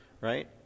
right